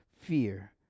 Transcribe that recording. fear